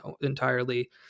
entirely